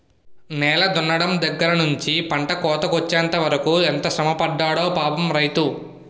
నేల దున్నడం దగ్గర నుంచి పంట కోతకొచ్చెంత వరకు ఎంత శ్రమపడతాడో పాపం రైతు